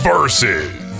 Versus